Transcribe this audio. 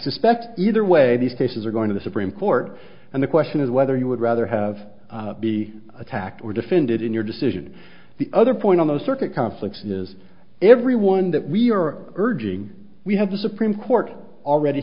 suspect either way these cases are going to the supreme court and the question is whether you would rather have be attacked or defended in your decision the other point on the circuit conflicts is everyone that we are urging we have the supreme court already